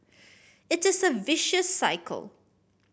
it is a vicious cycle